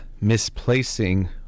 misplacing